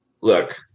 look